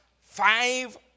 five